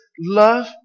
love